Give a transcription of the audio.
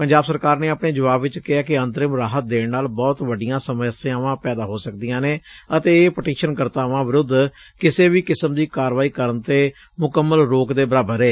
ਪੰਜਾਬ ਸਰਕਾਰ ਨੇ ਆਪਣੇ ਜੁਆਬ ਵਿਚ ਕਿਹੈ ਕਿ ਅੰਤਰਿਮ ਰਾਹਤ ਦੇਣ ਨਾਲ ਬਹੁਤ ਵੱਡੀਆਂ ਸਮੱਸਿਆਵਾਂ ਪੈਦਾ ਹੋ ਸਕਦੀਆਂ ਨੇ ਅਤੇ ਇਹ ਪਟੀਸ਼ਨਕਰਤਾਵਾਂ ਵਿਰੁੱਧ ਕਿਸੇ ਵੀ ਕਿਸਮ ਦੀ ਕਾਰਵਾਈ ਕਰਨ ਤੇ ਮੁਕੰਮਲ ਰੋਕ ਦੇ ਬਰਾਬਰ ਏ